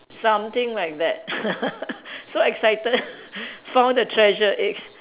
something like that so excited found the treasure eggs